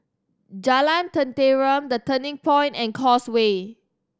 Jalan Tenteram The Turning Point and Causeway